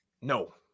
No